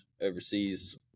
overseas